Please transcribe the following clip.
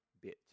bit